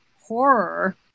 horror